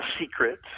secret